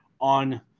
on